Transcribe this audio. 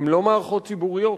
הן לא מערכות ציבוריות.